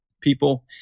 people